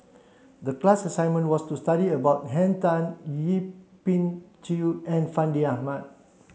the class assignment was to study about Henn Tan Yip Pin Xiu and Fandi Ahmad